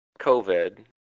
COVID